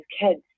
kids